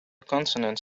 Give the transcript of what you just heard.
consonant